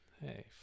Hey